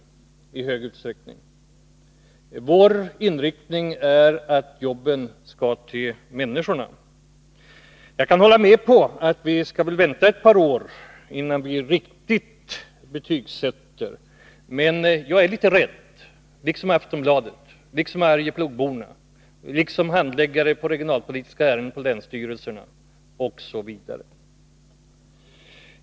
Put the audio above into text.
Vår inriktning är att jobben skall till människorna. Jag kan hålla med om att vi bör vänta ett par år innan vi definitivt betygsätter den politik som förs, men jag är litet rädd. Jag känner samma oro som kommit till uttryck i Aftonbladet, av Arjeplogsborna, av handläggare av regionalpolitiska ärenden på länsstyrelserna, osv.